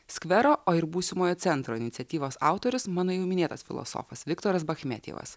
skvero o ir būsimojo centro iniciatyvos autorius mano jau minėtas filosofas viktoras bachmetjevas